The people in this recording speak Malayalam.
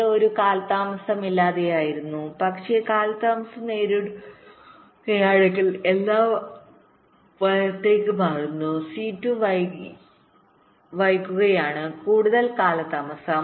ഇത് കാലതാമസമില്ലാതെയായിരുന്നു പക്ഷേ കാലതാമസം നേരിടുകയാണെങ്കിൽ എല്ലാം വലത്തേക്ക് മാറുന്നു സി 2 വൈകുകയാണ് കൂടുതൽ കാലതാമസം